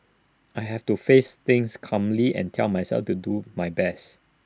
I have to face things calmly and tell myself to do my best